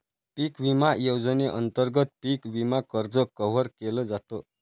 पिक विमा योजनेअंतर्गत पिक विमा कर्ज कव्हर केल जात